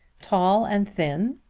tall and thin,